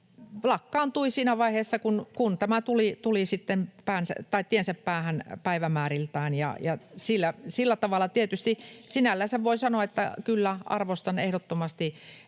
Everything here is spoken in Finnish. lakkaantui siinä vaiheessa, kun tämä tuli sitten tiensä päähän päivämääriltään. Tietysti sinällänsä voin sanoa, että kyllä arvostan ehdottomasti